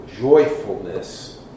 joyfulness